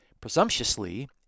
presumptuously